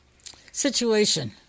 situation